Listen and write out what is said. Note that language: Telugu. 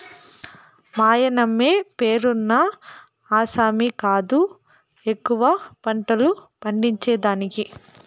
మాయన్నమే పేరున్న ఆసామి కాదు ఎక్కువ పంటలు పండించేదానికి